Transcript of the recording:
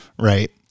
Right